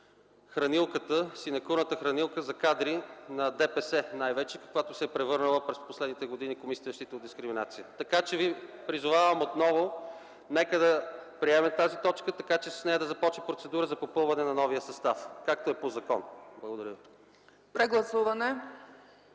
начин синекурната хранилка за кадри на ДПС, най-вече в каквато се е превърнала през последните години Комисията за защита от дискриминация. Така че ви призовавам отново да приемем тази точка, така че с нея да започне процедура за попълване на новия състав, както е по закон. Благодаря. ПРЕДСЕДАТЕЛ